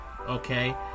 okay